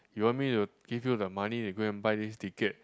you want me to give you the money to go and buy this ticket